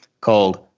called